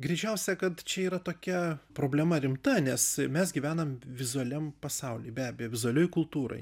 greičiausia kad čia yra tokia problema rimta nes mes gyvenam vizualiam pasauly be abejo vizualioj kultūroj